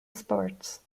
sports